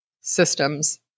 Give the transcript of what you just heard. systems